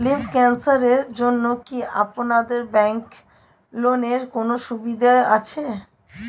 Lymph ক্যানসারের জন্য কি আপনাদের ব্যঙ্কে লোনের কোনও সুবিধা আছে?